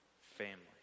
family